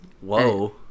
whoa